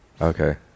Okay